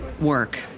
work